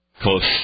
close